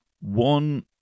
One